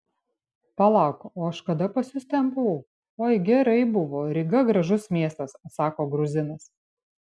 palauk o aš kada pas jus ten buvau oi gerai buvo ryga gražus miestas atsako gruzinas